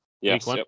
Yes